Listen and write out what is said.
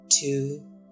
two